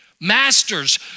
Masters